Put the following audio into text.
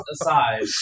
aside